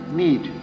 need